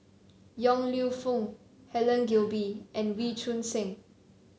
Yong Lew Foong Helen Gilbey and Wee Choon Seng